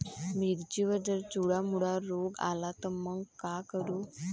मिर्चीवर जर चुर्डा मुर्डा रोग आला त मंग का करू?